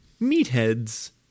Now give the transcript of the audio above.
meatheads